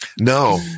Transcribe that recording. No